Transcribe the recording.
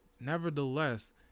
nevertheless